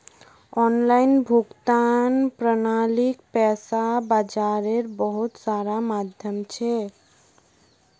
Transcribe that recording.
online भुगतान प्रणालीक पैसा बाजारेर बहुत सारा माध्यम छेक